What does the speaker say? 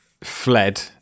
fled